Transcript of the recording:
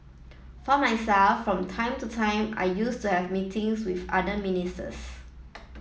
for myself from time to time I used to have meetings with other ministers